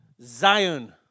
Zion